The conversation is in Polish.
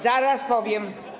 Zaraz powiem.